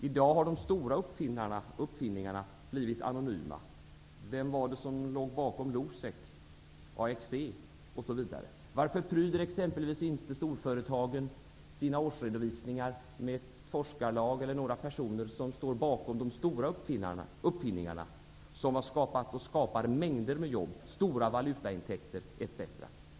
I dag har de stora uppfinningarna blivit anonyma. Vem var det som låg bakom Losec, AXE osv.? Varför pryder exempelvis inte storföretagen sina årsredovisningar med ett forskarlag eller några personer som står bakom de stora uppfinningar som har skapat och skapar mängder av jobb och stora valutaintäkter etc.?